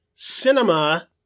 Cinema